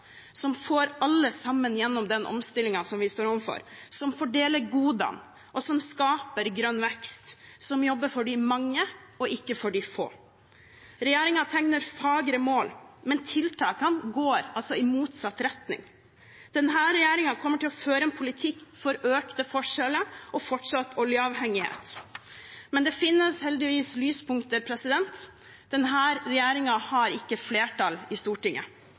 som får alle sammen igjennom den omstillingen vi står overfor, som fordeler godene, og som skaper grønn vekst, som jobber for de mange og ikke for de få. Regjeringen tegner fagre mål, men tiltakene går i motsatt retning. Denne regjeringen kommer til å føre en politikk for økte forskjeller og fortsatt oljeavhengighet, men det finnes heldigvis lyspunkter – denne regjeringen har ikke flertall i Stortinget.